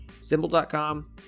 symbol.com